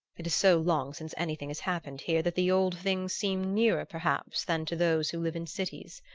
it is so long since anything has happened here that the old things seem nearer, perhaps, than to those who live in cities.